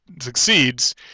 succeeds